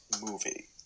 movie